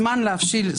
זמן להבשיל,